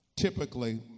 typically